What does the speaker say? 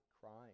crying